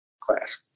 class